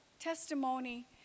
Testimony